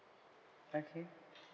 I see